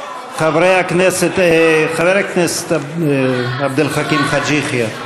חבר הכנסת עבד אל חכים חאג' יחיא.